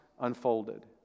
unfolded